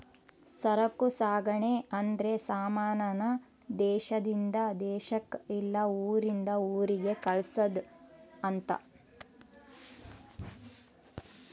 ಸರಕು ಸಾಗಣೆ ಅಂದ್ರೆ ಸಮಾನ ನ ದೇಶಾದಿಂದ ದೇಶಕ್ ಇಲ್ಲ ಊರಿಂದ ಊರಿಗೆ ಕಳ್ಸದ್ ಅಂತ